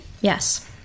Yes